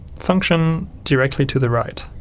function directly to the right.